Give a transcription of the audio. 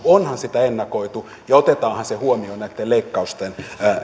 onhan sitä ennakoitu ja otetaanhan se huomioon näitten leikkausten